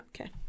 Okay